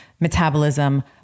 metabolism